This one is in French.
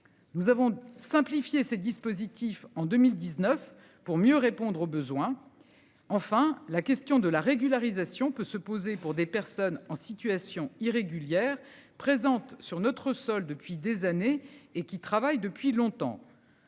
Nous avons simplifié ces dispositifs en 2019 pour mieux répondre aux besoins. Enfin, la question de la régularisation peut se poser pour des personnes en situation irrégulière présentes sur notre sol depuis des années et qui travaille depuis longtemps.--